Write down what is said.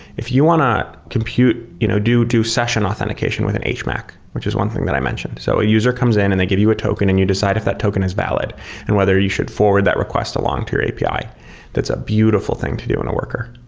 if you want to compute, you know do do session authentication with an hmac, which is one thing that i mentioned. so a user comes in and they give you a token and you decide if that token is valid and whether you should forward that request along to your api. that's a beautiful thing to do in a worker.